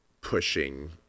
pushing